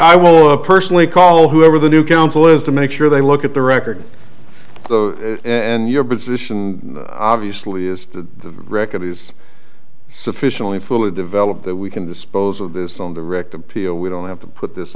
will personally call whoever the new council is to make sure they look at the record and your position obviously is to record it is sufficiently fully developed that we can dispose of this on the rect appeal we don't have to put this